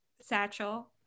Satchel